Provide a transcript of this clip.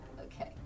Okay